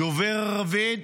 דובר ערבית,